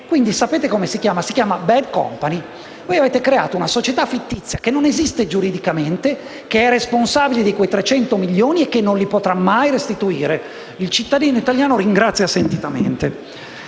milioni. Sapete come si chiama? Si chiama *bad company*. Voi avete creato una società fittizia, che non esiste giuridicamente, che è responsabile di quei 300 milioni e che non li potrà mai restituire. Il cittadino italiano ringrazia sentitamente.